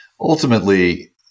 ultimately